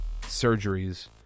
surgeries